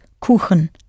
Kuchen